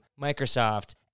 Microsoft